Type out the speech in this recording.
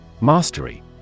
Mastery